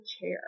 chair